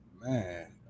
man